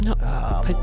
no